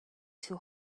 too